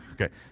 Okay